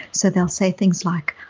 so they'll say things like,